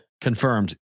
Confirmed